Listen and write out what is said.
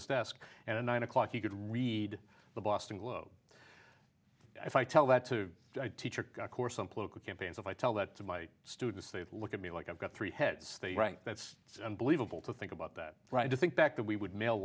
his desk and at nine o'clock you could read the boston globe if i tell that to teacher course on political campaigns if i tell that to my students they look at me like i've got three heads right that's unbelievable to think about that right to think back that we would mail